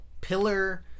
pillar